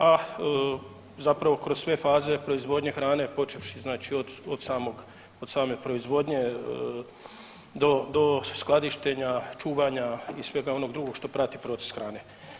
A zapravo kroz sve faze proizvodnje hrane počevši znači od samog, od same proizvodnje do skladištenja, čuvanja i svega onog drugoga što prati proces hrane.